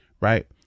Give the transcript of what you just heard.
right